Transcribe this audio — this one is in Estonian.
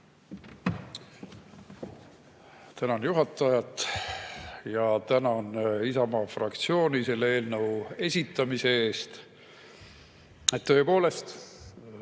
Tänan juhatajat ja tänan Isamaa fraktsiooni selle eelnõu esitamise eest. Tõepoolest,